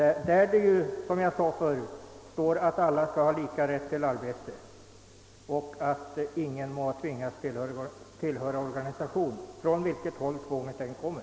Där står det att alla skall ha lika rätt till arbete och att ingen må tvingas tillhöra organisation, från vilket håll tvånget än kommer.